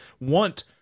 want